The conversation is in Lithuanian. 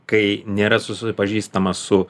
kai nėra susipažįstama su